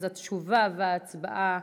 אז התשובה וההצבעה,